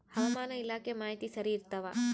ಹವಾಮಾನ ಇಲಾಖೆ ಮಾಹಿತಿ ಸರಿ ಇರ್ತವ?